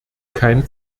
kein